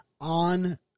on